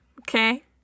Okay